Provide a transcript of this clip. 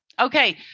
Okay